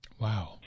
Wow